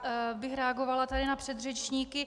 Já bych reagovala tady na předřečníky.